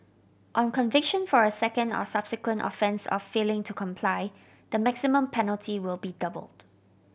on conviction for a second or subsequent offence of failing to comply the maximum penalty will be doubled